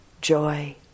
joy